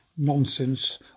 Nonsense